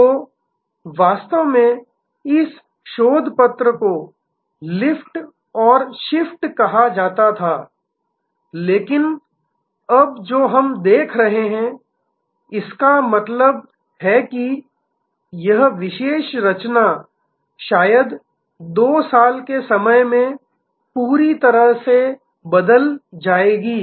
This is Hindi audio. तो वास्तव में इस शोध पत्र को लिफ्ट और शिफ्ट कहा जाता था लेकिन अब जो हम देख रहे हैं इसका मतलब है कि यह विशेष रचना शायद 2 साल के समय में पूरी तरह से बदल जाएगी